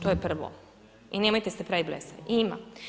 To je prvo i nemojte se praviti blesavi i ima.